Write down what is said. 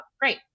Great